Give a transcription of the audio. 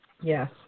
Yes